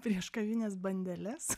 prieš kavines bandeles